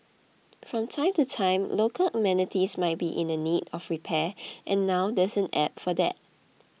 from time to time local amenities might be in the need of repair and now there's an app for that